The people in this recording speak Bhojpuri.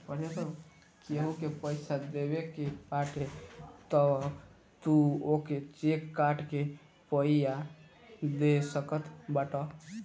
केहू के पईसा देवे के बाटे तअ तू ओके चेक काट के पइया दे सकत बाटअ